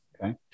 Okay